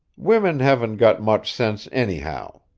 women haven't got much sense, anyhow.